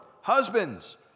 Husbands